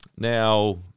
Now